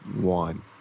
one